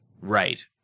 right